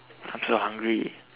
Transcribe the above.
I'm so hungry